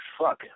fuck